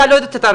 אתה לא תתערב,